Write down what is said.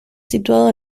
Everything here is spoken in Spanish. situado